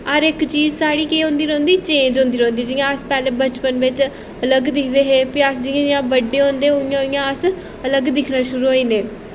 हर इक चीज़ साढ़ी केह् होंदी रौंह्दी चेंज़ होंदी रौंह्दी जियां अस पैह्लें बचपन बिच्च अलग दिखदे हे फ्ही अस जियां जियां बड्डे होंदे उ'यां उ'यां अस अलग दिक्खना शुरू होई जन्ने